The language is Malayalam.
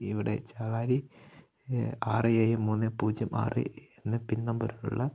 ഇവിടെ ചേളാരി ആറ് ഏഴ് മൂന്ന് പൂജ്യം ആറ് എന്ന പിൻ നമ്പറുള്ള